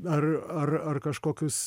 ar ar ar kažkokius